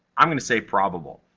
i'm gonna say probable.